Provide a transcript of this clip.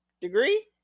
degree